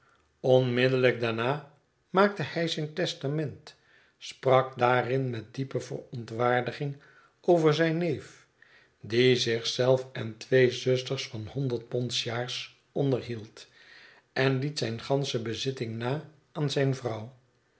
onmiddellijk daarna maakte hij zijn testament sprak daarin met diepe verontwaardiging over zijn neef die zich zelf en twee zusters van honderd pond sjaars onderhield en liet zijn gansche bezitting na aan zijn vrouw